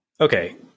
okay